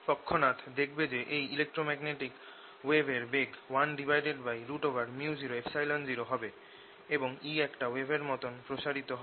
তৎক্ষণাৎ দেখবে যে এই ইলেক্ট্রোম্যাগনেটিক ওয়েভের বেগ 1µ00 হবে এবং E একটা ওয়েভের মতন প্রসারিত হবে